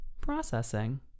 processing